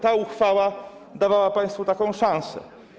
Ta uchwała dawała państwu taką szansę.